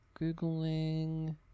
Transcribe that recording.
Googling